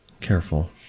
Careful